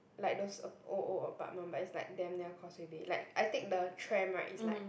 like those old old apartment but it's like damn near Causeway Bay like I take the tram [right] it's like